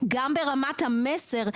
גם ברמת המסר,